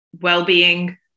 well-being